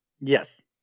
Yes